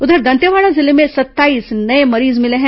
उधर दंतेवाड़ा जिले में सत्ताईस नये मरीज मिले हैं